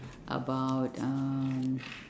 about um